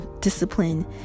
discipline